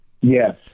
Yes